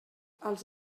els